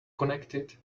connected